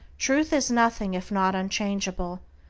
truth is nothing if not unchangeable,